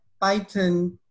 Python